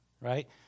right